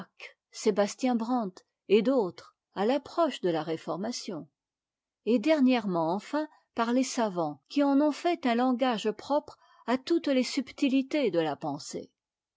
sébastien brand et d'autres à l'approche de la réformation et dernièrement enfin par les savants qui en ont fait un langage propre à toutes les subtilités de la pensée